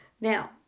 Now